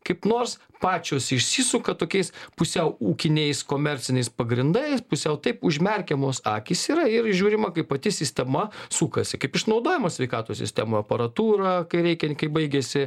kaip nors pačios išsisuka tokiais pusiau ūkiniais komerciniais pagrindais pusiau taip užmerkiamos akys yra ir žiūrima kaip pati sistema sukasi kaip išnaudojama sveikatos sistemoj aparatūra kai reikia kai baigiasi